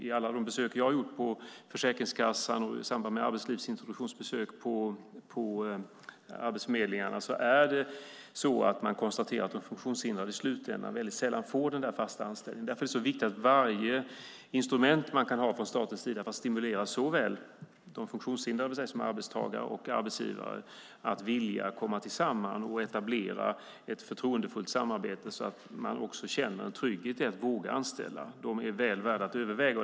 I alla besök jag har gjort på Försäkringskassan och i samband med arbetslivs och introduktionsbesök på arbetsförmedlingarna har man konstaterat att de funktionshindrade i slutändan sällan får den fasta anställningen. Därför är det så viktigt att varje instrument från statens sida används för att stimulera såväl de funktionshindrade - som arbetstagare - som arbetsgivare att vilja komma samman och etablera ett förtroendefullt samarbete så att arbetsgivarna känner en trygghet i att våga anställa. De är väl värda att överväga.